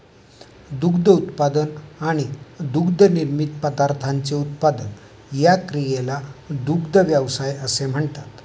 दूध उत्पादन आणि दुग्धनिर्मित पदार्थांचे उत्पादन या क्रियेला दुग्ध व्यवसाय असे म्हणतात